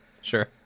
Sure